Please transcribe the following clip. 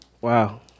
Wow